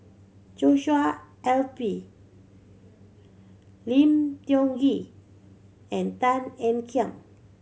Joshua L P Lim Tiong Ghee and Tan Ean Kiam